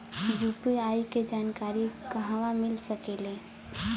UPI के जानकारी कहवा मिल सकेले?